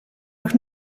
nog